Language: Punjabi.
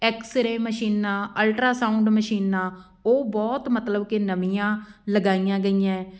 ਐਕਸਰੇ ਮਸ਼ੀਨਾਂ ਅਲਟਰਾ ਸਾਊਂਡ ਮਸ਼ੀਨਾਂ ਉਹ ਬਹੁਤ ਮਤਲਬ ਕਿ ਨਵੀਆਂ ਲਗਾਈਆਂ ਗਈਆਂ